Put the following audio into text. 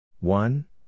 One